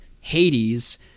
Hades